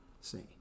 See